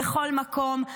בכל מקום,